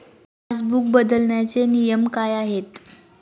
Passbook बदलण्याचे नियम काय आहेत?